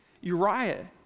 Uriah